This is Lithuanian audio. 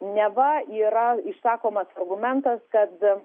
neva yra išsakomas argumentas kad